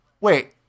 wait